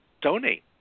donate